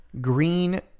green